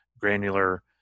granular